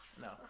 No